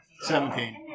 seventeen